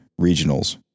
regionals